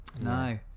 No